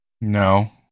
No